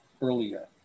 earlier